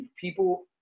people